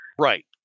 Right